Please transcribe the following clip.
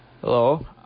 Hello